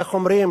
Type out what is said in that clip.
איך אומרים?